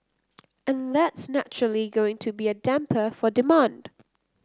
and that's naturally going to be a damper for demand